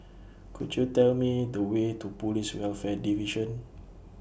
Could YOU Tell Me The Way to Police Welfare Division